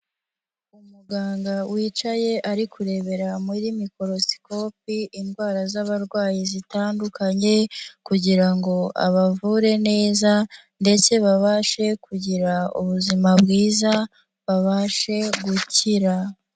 Umuganga wicaye, ari kurebera muri Mikorosikopi indwara z'abarwayi zitandukanye kugira ngo abavure neza ndetse babashe kugira ubuzima bwiza babashe gukira.